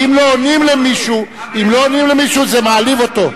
כי אם לא עונים למישהו, זה מעליב אותו.